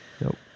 Nope